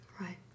right